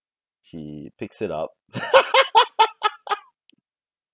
he picks it up